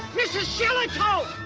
mr. shillitoe,